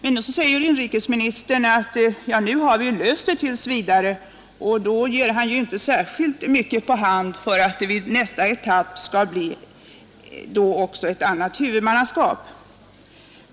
Ändå säger inrikesministern att vi har löst problemet tills vidare. Därmed ger han inte särskilt mycket på hand för att det i nästa etapp också skall bli ett annat huvudmannaskap.